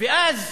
ואז